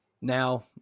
Now